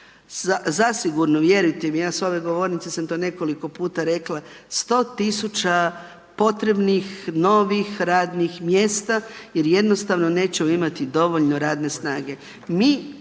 zasigurno, vjerujte mi, ja s ove govornice sam to nekoliko puta rekla 100 tisuća potrebnih, novih radnih mjesta jer jednostavno nećemo imati dovoljno radne snage.